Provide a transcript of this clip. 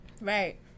Right